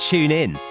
TuneIn